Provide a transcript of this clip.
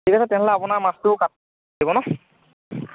ঠিক আছে তেনেহ'লে আপোনাৰ মাছটো কাটিব লাগিব ন'